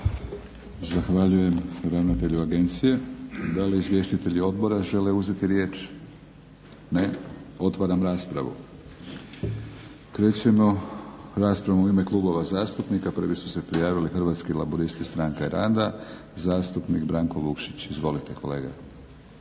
Zahvaljujem ravnatelju agencije. Da li izvjestitelji odbora žele uzeti riječ? Ne. Otvaram raspravu. Krećemo s raspravom u ime klubova zastupnika. Prvi su se prijavili Hrvatski laburisti stranka rada, zastupnik Branko Vukšić. Izvolite kolega.